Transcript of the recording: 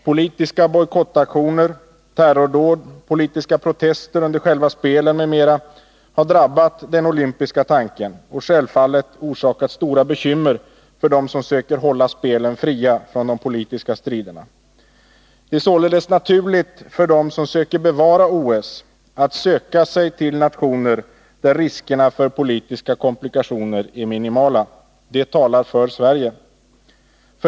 Politiska bojkottaktioner, terrordåd, politiska protester under själva spelen m.m. har drabbat den olympiska tanken och självfallet orsakat stora bekymmer för dem som söker hålla spelen fria från de politiska striderna. Det är således naturligt för dem som söker bevara OS att söka sig till nationer där riskerna för politiska komplikationer är minimala. Det talar för Sverige.